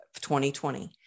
2020